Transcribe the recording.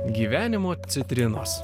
gyvenimo citrinos